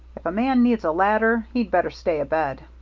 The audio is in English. if a man needs a ladder, he'd better stay abed.